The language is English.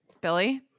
Billy